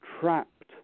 trapped